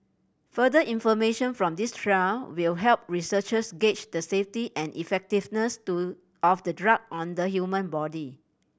further information from this trial will help researchers gauge the safety and effectiveness to of the drug on the human body